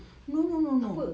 apa